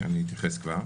אני אתייחס כבר.